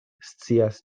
scias